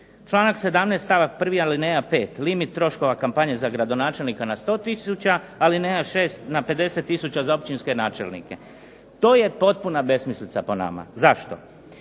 Članak 17. stavak 1. alineja 5. limit troškova kampanje za gradonačelnika na 100 tisuća, alineja 6. na 50 tisuća za općinske načelnike. To je potpuna besmislica po nama. Zašto?